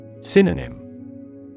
Synonym